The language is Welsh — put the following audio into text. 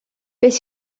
beth